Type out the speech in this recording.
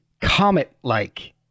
comet-like